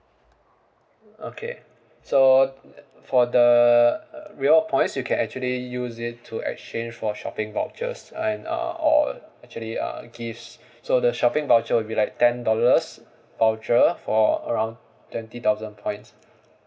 okay so uh for the uh rewards points you can actually use it to exchange for shopping vouchers and uh or actually uh gifts so the shopping voucher will be like ten dollars voucher for around twenty thousand points